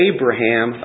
Abraham